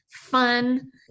fun